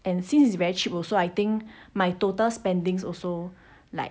and since it's very cheap also I think my total spending also like